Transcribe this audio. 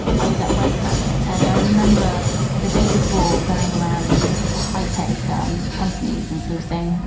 i was at web summit and i remember the day before going around all these tie tech um companies and sort of saying,